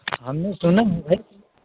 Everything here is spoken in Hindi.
हमने सुना है भाई